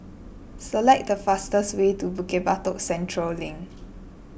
select the fastest way to Bukit Batok Central Link